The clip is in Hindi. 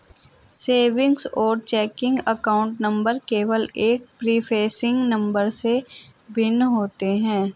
सेविंग्स और चेकिंग अकाउंट नंबर केवल एक प्रीफेसिंग नंबर से भिन्न होते हैं